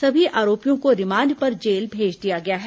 सभी आरोपियों को रिमांड पर जेल भेज दिया गया है